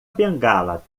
bengala